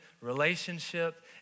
relationship